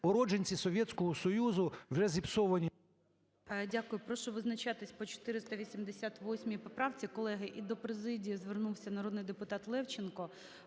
уродженці Совєтського Союзу, вже зіпсовані…